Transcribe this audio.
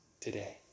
today